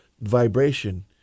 vibration